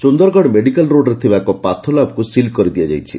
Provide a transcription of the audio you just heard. Sundargarh medical ରୋଡ୍ରେ ଥିବା ଏକ ପାଥୋଲାବକୁ ସିଲ୍ କରିଦିଆଯାଇଛି